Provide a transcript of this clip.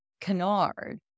canard